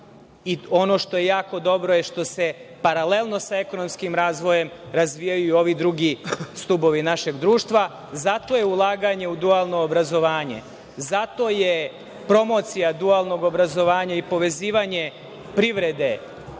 što je jako dobro je, što se paralelno sa ekonomskim razvojem, razvijaju i ovi drugi stubovi našeg društva, zato je ulaganje u dualno obrazovanje, zato je promocija dualnog obrazovanja i povezivanje privrede